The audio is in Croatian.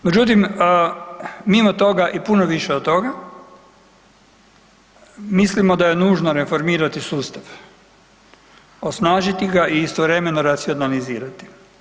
Međutim, mimo toga i puno više od toga, mislimo da je nužno reformirati sustav, osnažiti ga i istovremeno racionalizirati.